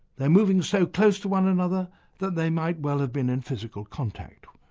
they're moving so close to one another that they might well have been in physical contact.